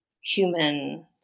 human